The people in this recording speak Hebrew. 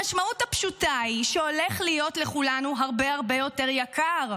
המשמעות הפשוטה היא שהולך יכול להיות לכולנו הרבה הרבה יותר יקר.